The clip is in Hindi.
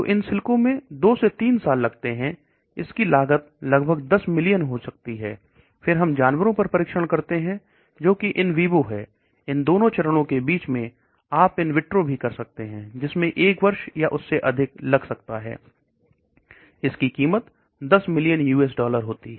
इनसिल्को में 2 से 3 साल लगते हैं इसकी लागत लगभग 10 मिलियन हो सकती है हम जानवरों पर परीक्षण करते हैं जो कि इन विवो है इन दोनों चरणों के बीच में आप इन विट्रो भी कर सकते हैं जिसमें 1 वर्ष या उससे अधिक लग सकता है इसकी कीमत 10 मिलियन अमेरिकी डॉलर होती है